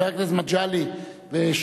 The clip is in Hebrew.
חברי הכנסת מגלי ושנאן,